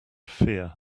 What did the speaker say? fear